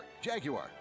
Jaguar